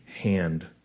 hand